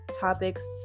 topics